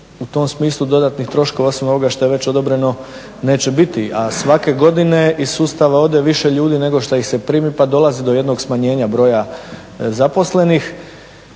u tom smislu, dodatnih troškova osim ovoga što je već odobren neće biti. A svake godine iz sustava ode više ljudi nego što ih se primi, pa dolazi do jednog smanjenja broja zaposlenih.